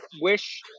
wish